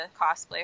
cosplay